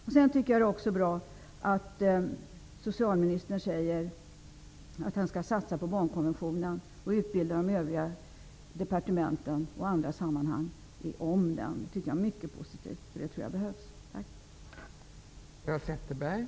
Vidare tycker jag att det socialministern säger om satsningarna när det gäller FN:s barnkonvention är bra, att han tänker informera om den på de övriga departementen och i andra sammanhang. Det tycker jag är mycket positivt, och jag tror att det behövs.